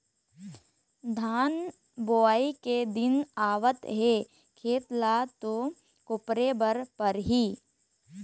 धान बोवई के दिन आवत हे खेत ल तो कोपरे बर परही